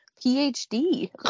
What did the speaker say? phd